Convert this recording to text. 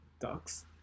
ducks